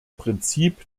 prinzip